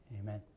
Amen